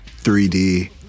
3D